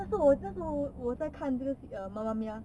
那时候我小时候我在看这个戏 mammamia